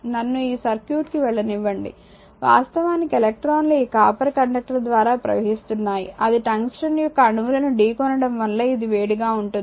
నన్ను ఈ సర్క్యూట్కు వెళ్ళనివ్వండి వాస్తవానికి ఎలక్ట్రాన్లు ఈ కాపర్ కండక్టర్ ద్వారా ప్రవహిస్తున్నాయి అది టంగ్స్టన్ యొక్క అణువులను ఢీ కొనడం వలన ఇది వేడిగా ఉంటుంది